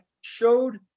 showed